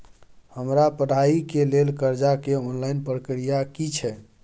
हमरा पढ़ाई के लेल कर्जा के ऑनलाइन प्रक्रिया की छै?